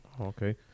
Okay